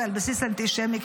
זה על בסיס אנטישמי.